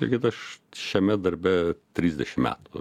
tai kad aš šiame darbe trisdešimt metų